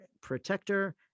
protector